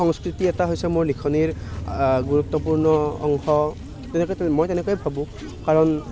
সংস্কৃতি এটা হৈছে মোৰ লিখনিৰ গুৰুত্বপূৰ্ণ অংশ তেনেকেতো মই তেনেকেই ভাবোঁ কাৰণ